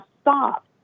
stop